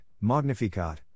Magnificat